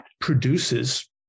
produces